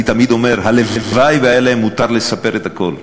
אני תמיד אומר: הלוואי שהיה מותר להן לספר הכול.